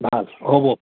হ'ব